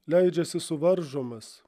leidžiasi suvaržomas